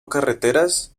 carreteras